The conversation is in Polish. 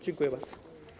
Dziękuję bardzo.